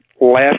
last